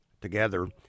together